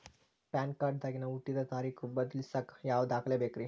PAN card ದಾಗಿನ ಹುಟ್ಟಿದ ತಾರೇಖು ಬದಲಿಸಾಕ್ ಯಾವ ದಾಖಲೆ ಬೇಕ್ರಿ?